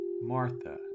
Martha